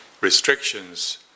restrictions